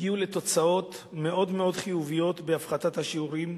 הגיעו לתוצאות מאוד מאוד חיוביות בהפחתת השיעורים,